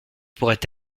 pourrait